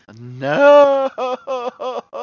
No